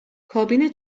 کابین